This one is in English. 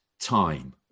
time